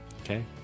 Okay